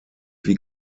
wie